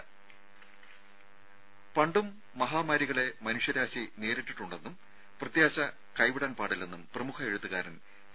രുമ പണ്ടും മഹാമാരികളെ മനുഷ്യരാശി നേരിട്ടിട്ടുണ്ടെന്നും പ്രത്യാശ കൈവിടാൻ പാടില്ലെന്നും പ്രമുഖ എഴുത്തുകാരൻ കെ